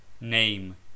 Name